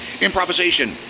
Improvisation